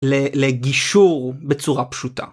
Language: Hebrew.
לגישור בצורה פשוטה.